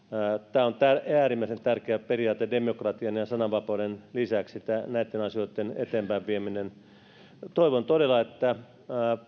tämä on äärimmäisen tärkeä periaate demokratian ja sananvapauden lisäksi näitten asioitten eteenpäinvieminen toivon todella että